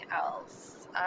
else